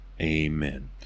Amen